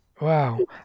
Wow